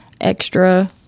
extra